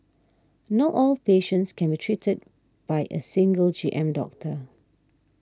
not all patients can be treated by a single G M doctor